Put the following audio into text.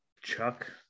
Chuck